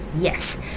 Yes